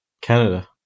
Canada